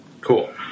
Cool